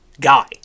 Guy